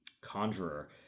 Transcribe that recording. conjurer